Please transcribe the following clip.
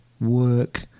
work